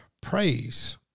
Praise